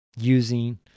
using